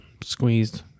squeezed